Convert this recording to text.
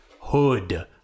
hood